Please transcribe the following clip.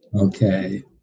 Okay